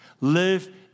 Live